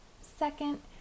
Second